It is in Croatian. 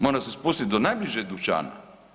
Moram se spustiti do najbližeg dućana.